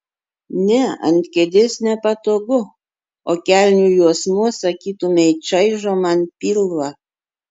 ne ant kėdės nepatogu o kelnių juosmuo sakytumei čaižo man pilvą